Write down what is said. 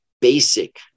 basic